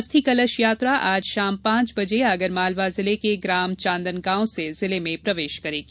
अस्थि कलश यात्रा आज शाम पाँच बजे आगरमालवा जिले के ग्राम चांदनगांव से जिले में प्रवेश करेगी